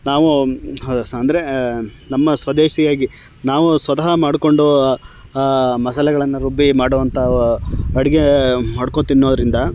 ನಾವು ಹ ಸಹ ಅಂದರೆ ನಮ್ಮ ಸ್ವದೇಶಿಯಾಗಿ ನಾವು ಸ್ವತಃ ಮಾಡಿಕೊಂಡು ಮಸಾಲೆಗಳನ್ನು ರುಬ್ಬಿ ಮಾಡುವಂಥ ಅಡುಗೆ ಮಾಡ್ಕೊ ತಿನ್ನೋದರಿಂದ